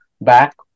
back